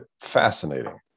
fascinating